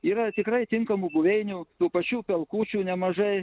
yra tikrai tinkamų buveinių tų pačių pelkučių nemažai